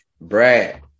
Brad